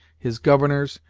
his governors,